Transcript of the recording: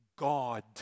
God